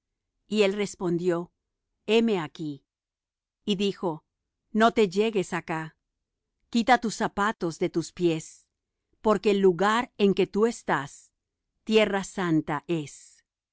y él respondió heme aquí y dijo no te llegues acá quita tus zapatos de tus pies porque el lugar en que tú estás tierra santa es